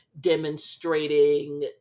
demonstrating